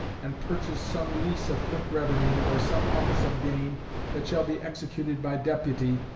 and purchase some lease of quick revenue, or some office of gain that shall be executed by deputy,